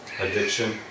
addiction